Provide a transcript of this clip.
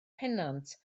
pennant